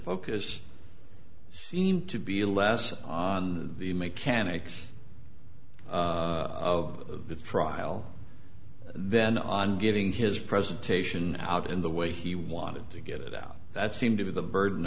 focus seemed to be less the mechanics of the trial then on giving his presentation out in the way he wanted to get out that seemed to be the burden